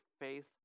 Faith